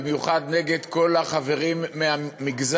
במיוחד נגד כל החברים מהמגזר